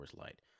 Light